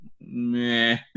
meh